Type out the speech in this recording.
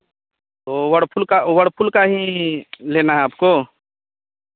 तो वर्लपुल का वर्लपुल का ही लेना है आपको